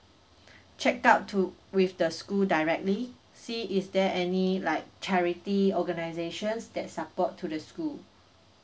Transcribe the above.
check out to with the school directly see is there any like charity organisations that support to the school